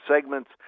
segments